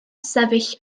sefyll